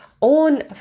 On